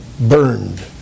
burned